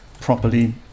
properly